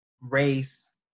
race